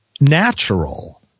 natural